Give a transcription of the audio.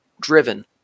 driven